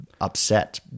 upset